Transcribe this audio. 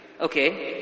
Okay